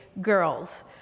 girls